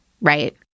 right